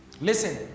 Listen